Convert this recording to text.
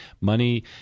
money